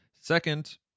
Second